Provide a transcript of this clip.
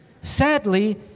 sadly